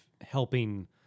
helping